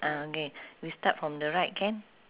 ah okay we start from the right can